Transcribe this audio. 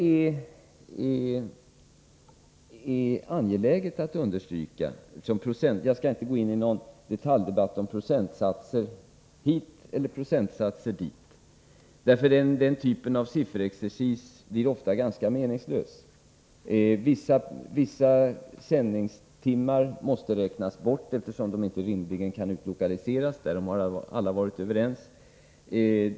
Jag skall inte gå in i någon detaljdebatt om procentsatser hit eller dit. Den typen av sifferexercis blir ofta ganska meningslös. Vissa sändningstimmar måste räknas bort, eftersom de inte rimligen kan utlokaliseras — därom har alla varit överens.